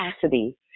capacity